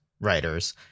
writers